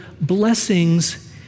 blessings